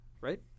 right